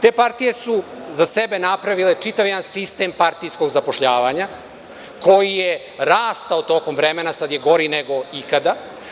Te partije su za sebe napravile čitav jedan sistem partijskog zapošljavanja koji je rastao tokom vremena, sad je gori nego ikada.